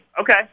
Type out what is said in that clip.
Okay